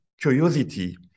curiosity